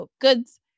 goods